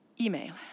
email